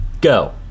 go